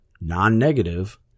non-negative